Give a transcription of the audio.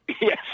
Yes